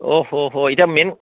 এতিয়া মেইন